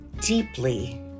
deeply